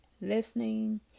Listening